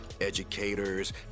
educators